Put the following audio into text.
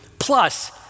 Plus